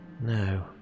No